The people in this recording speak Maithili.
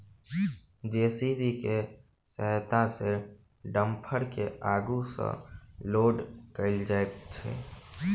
जे.सी.बी के सहायता सॅ डम्फर के आगू सॅ लोड कयल जाइत छै